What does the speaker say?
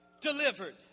delivered